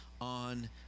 on